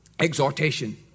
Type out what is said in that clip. Exhortation